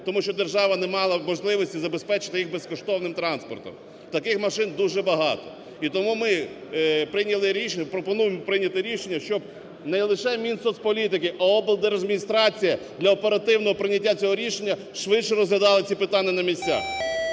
Тому що держава не мала можливості забезпечити їх безкоштовним транспортом. Таких машин дуже багато. І тому ми прийняли рішення, пропонуємо прийняти рішення, щоб не лише Мінсополітики, а облдержадміністрація для оперативного прийняття цього рішення швидше розглядала ці питання на місцях.